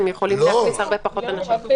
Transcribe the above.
הם יכולים להכניס הרבה פחות אנשים.